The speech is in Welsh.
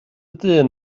dyn